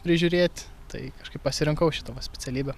prižiūrėt tai kažkaip pasirinkau šitą va specialybę